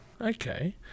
Okay